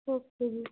okay ਜੀ